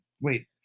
wait